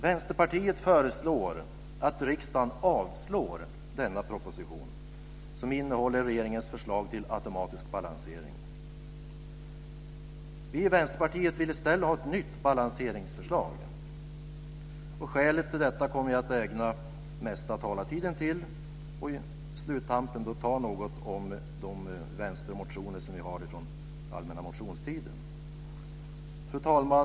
Vänsterpartiet föreslår att riksdagen avslår denna proposition, som innehåller regeringens förslag till automatisk balansering. Vi i Vänsterpartiet vill i stället ha ett nytt balanseringsförslag. Skälet till detta kommer jag att ägna den mesta talartiden till, och i sluttampen ta upp något om de vänstermotioner som vi har från allmänna motionstiden. Fru talman!